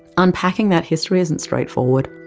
unpacking that history isn't straightforward.